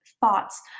thoughts